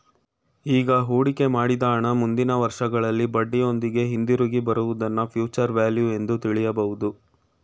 ಈಗ ಹೂಡಿಕೆ ಮಾಡಿದ ಹಣ ಮುಂದಿನ ವರ್ಷಗಳಲ್ಲಿ ಬಡ್ಡಿಯೊಂದಿಗೆ ಹಿಂದಿರುಗಿ ಬರುವುದನ್ನ ಫ್ಯೂಚರ್ ವ್ಯಾಲ್ಯೂ ನಿಂದು ತಿಳಿಯಬಹುದು